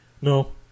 No